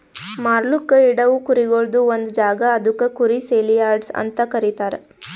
ಮಾರ್ಲುಕ್ ಇಡವು ಕುರಿಗೊಳ್ದು ಒಂದ್ ಜಾಗ ಅದುಕ್ ಕುರಿ ಸೇಲಿಯಾರ್ಡ್ಸ್ ಅಂತ ಕರೀತಾರ